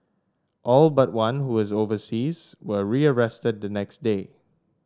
all but one who was overseas were rearrested the next day